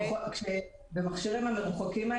במכשירים מרוחקים,